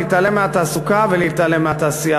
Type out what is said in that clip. להתעלם מהתעסוקה ולהתעלם מהתעשייה.